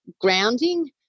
grounding